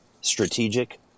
strategic